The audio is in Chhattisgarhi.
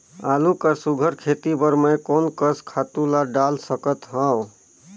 आलू कर सुघ्घर खेती बर मैं कोन कस खातु ला डाल सकत हाव?